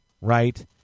right